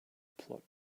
plot